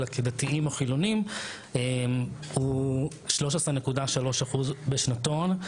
אלא כדתיים או חילוניים הוא עומד על כ-13.3% בשנתון,